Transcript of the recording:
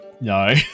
no